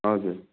हजुर